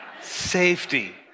safety